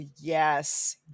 yes